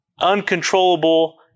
uncontrollable